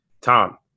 Tom